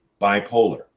bipolar